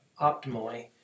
optimally